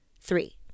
Three